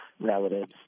relatives